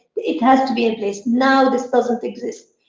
it has to be in place. now this doesn't exist.